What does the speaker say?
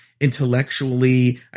intellectually